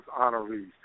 honorees